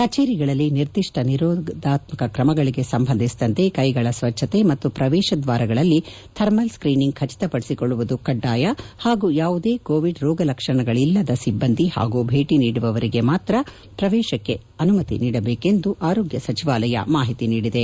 ಕಚೇರಿಗಳಲ್ಲಿ ನಿರ್ದಿಷ್ಟ ನಿರೋಧಾತ್ಮಕ ಕ್ರಮಗಳಿಗೆ ಸಂಬಂಧಿಸಿದಂತೆ ಕೈಗಳ ಸ್ವಚ್ಛತೆ ಮತ್ತು ಪ್ರವೇಶ ದ್ವಾರಗಳಲ್ಲಿ ಥರ್ಮಲ್ ಸ್ಕ್ರೀನಿಂಗ್ ಖಚಿತ ಪಡಿಸಿಕೊಳ್ಳುವುದು ಕಡ್ಡಾಯ ಹಾಗೂ ಯಾವುದೇ ಕೋವಿಡ್ ರೋಗ ಲಕ್ಷಣಗಳಿಲ್ಲದ ಸಿಬ್ಬಂದಿ ಹಾಗೂ ಭೇಟಿ ನೀಡುವವರಿಗೆ ಮಾತ್ರ ಪ್ರವೇಶಕ್ಕೆ ಮಾತ್ರ ಅನುಮತಿ ನೀಡಬೇಕೆಂದು ಆರೋಗ್ಯ ಸಚಿವಾಲಯ ಮಾಹಿತಿ ನೀದಿದೆ